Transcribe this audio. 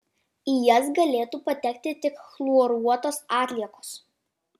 į jas galėtų patekti tik chloruotos atliekos